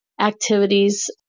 activities